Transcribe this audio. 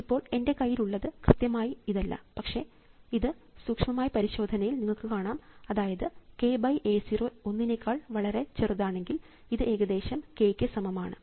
ഇപ്പോൾ എൻറെ കയ്യിൽ ഉള്ളത് കൃത്യമായി ഇതല്ല പക്ഷേ അത് സൂക്ഷ്മമായ പരിശോധനയിൽ നിങ്ങൾക്ക് കാണാം അതായത് k A 0 ഒന്നിനേക്കാൾ വളരെ ചെറുതാണെങ്കിൽ ഇത് ഏകദേശം k ക്ക് സമം ആണ്